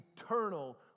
eternal